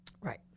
Right